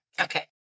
Okay